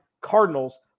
Cardinals